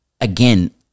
Again